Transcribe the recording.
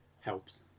helps